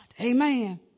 Amen